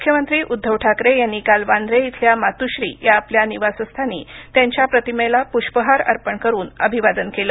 मुख्यमंत्री उद्धव ठाकरे यांनी काल वांद्रे इथल्या मातुःश्री या आपल्या निवासस्थानी त्यांच्या प्रतिमेला पुष्पहार अर्पण करून अभिवादन केलं